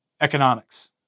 economics